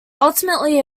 ultimately